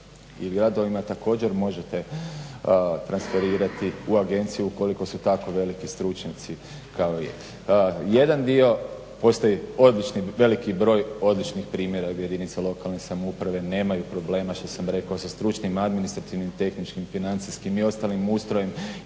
i gradovima također možete transformirati u agenciju ukoliko su tako veliki stručnjaci kao i ja. Jedan dio postoji odlični veliki broj odličnih primjera gdje jedinice lokalne samouprave nemaju problema što sa rekao sa stručnim, administrativnim, tehničkim, financijskim i ostalim ustrojem.